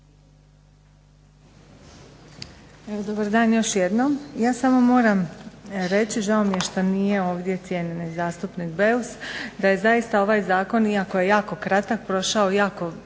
Dobar dan još jednom. Ja samo moram reći, žao mi je što nije ovdje cijenjeni zastupnik Beus, da je zaista ovaj zakon, iako je jako kratak prošao jako